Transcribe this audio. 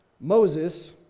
Moses